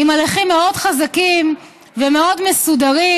עם ערכים מאוד חזקים ומאוד מסודרים,